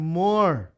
more